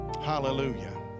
Hallelujah